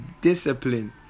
discipline